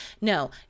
No